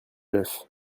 neuf